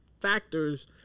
factors